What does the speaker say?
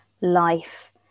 life